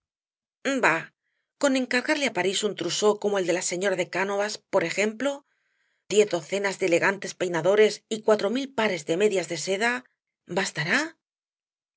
bah con encargarle á parís un trusó como el de la señora de cánovas por ejemplo diez docenas de elegantes peinadores y cuatro mil pares de medias de seda bastará